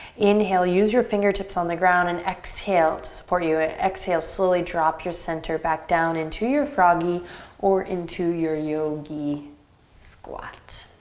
inhale, use your fingertips on the ground and exhale to support you. ah exhale, slowly drop your center back down into your froggy or into your yogi squat.